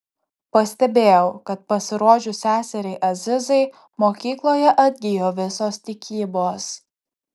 pastebėjau kad pasirodžius seseriai azizai mokykloje atgijo visos tikybos